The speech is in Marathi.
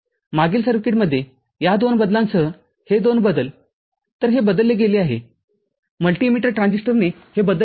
मागील सर्किटमध्ये या दोन बदलांसहहे दोन बदलतर हे बदलले गेले आहे मल्टी इमीटर ट्रान्झिस्टरने हे बदलले आहे